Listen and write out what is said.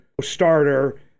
starter